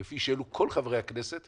כפי שהעלו כל חברי הכנסת,